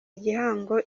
igihango